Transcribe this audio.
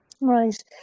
Right